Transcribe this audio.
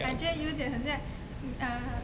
感觉有点很像 mm uh